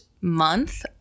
month